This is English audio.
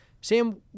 sam